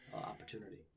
opportunity